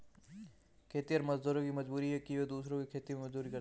खेतिहर मजदूरों की मजबूरी है कि वे दूसरों के खेत में मजदूरी करते हैं